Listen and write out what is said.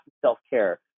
self-care